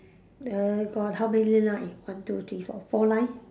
there got how many line one two three four four line